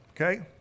Okay